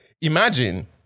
imagine